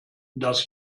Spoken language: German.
das